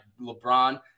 LeBron